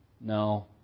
No